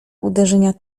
uderzenia